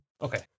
Okay